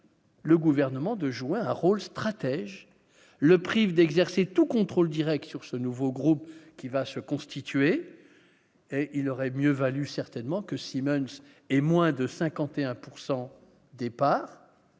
le gouvernement de jouer un rôle stratège le prive d'exercer tout contrôle Direct sur ce nouveau groupe qui va se constituer, il aurait mieux valu certainement que Siemens et moins de 51 pourcent